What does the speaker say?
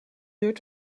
duurt